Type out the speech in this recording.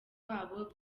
kwabo